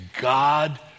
God